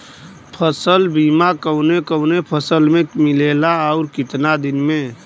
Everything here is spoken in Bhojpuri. फ़सल बीमा कवने कवने फसल में मिलेला अउर कितना दिन में?